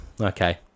Okay